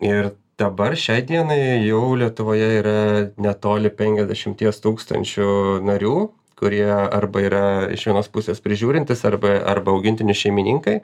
ir dabar šiai dienai jau lietuvoje yra netoli penkiasdešimties tūkstančių narių kurie arba yra iš vienos pusės prižiūrintys arba arba augintinių šeimininkai